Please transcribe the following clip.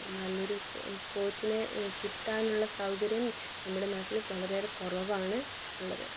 നല്ലൊരു കോച്ചിനെ കിട്ടാനുള്ള സൗകര്യം നമ്മുടെ നാട്ടിൽ വളരെയേറെ കുറവാണ് ഉള്ളത്